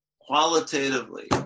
qualitatively